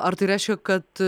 ar tai reiškia kad